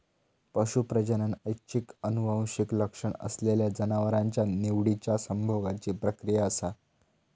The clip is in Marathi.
पशू प्रजनन ऐच्छिक आनुवंशिक लक्षण असलेल्या जनावरांच्या निवडिच्या संभोगाची प्रक्रिया असा